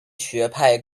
学派